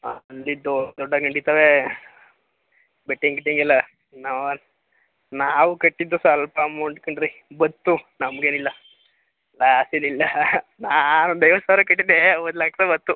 ಹಾಂ ಅಂದಿದ್ದು ದೊಡ್ದಾಗಿ ನಡೀತಾವೆ ಬೆಟ್ಟಿಂಗ್ ಗಿಟ್ಟಿಂಗ್ ಎಲ್ಲ ನಾವು ನಾವು ಕಟ್ಟಿದ್ದು ಸ್ವಲ್ಪ ಅಮೌಂಟ್ ಕಣ್ರೀ ಬಂತು ನಮಗೇನಿಲ್ಲ ಹಾಂ ಆಸೆಲಿಲ್ಲ ನಾನೊಂದು ಐವತ್ತು ಸಾವಿರ ಕಟ್ಟಿದ್ದೆ ಒಂದು ಲಕ್ಷ ಬಂತು